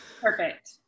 perfect